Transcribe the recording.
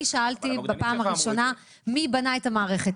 אני שאלתי בפעם הראשונה מי בנה את המערכת.